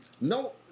no